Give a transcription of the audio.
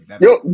Yo